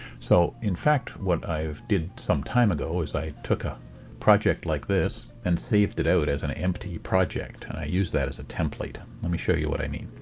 so in fact what i did some time ago was i took a project like this and saved it out as an empty project. and i use that as a template. let me show you what i mean.